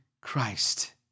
Christ